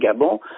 Gabon